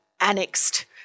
annexed